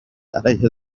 علیه